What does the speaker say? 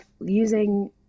using